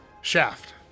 Shaft